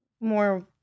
more